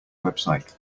website